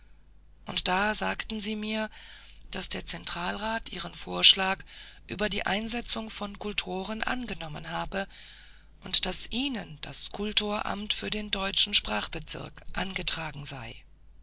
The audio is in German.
und da sagten sie mir daß der zentralrat ihren vorschlag über die einsetzung von kultoren angenommen habe und daß ihnen das kultoramt für den deutschen sprachbezirk angetragen sei